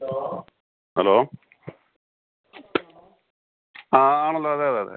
hello ആ ആണല്ലോ അതെ അതെ അതെ